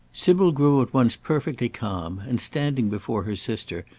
sybil grew at once perfectly calm, and standing before her sister,